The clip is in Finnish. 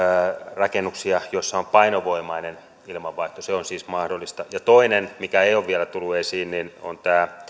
rakennuksia joissa on painovoimainen ilmanvaihto se on siis mahdollista toinen mikä ei ole vielä tullut esiin on